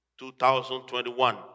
2021